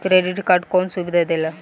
Credit card कौन सुबिधा देला?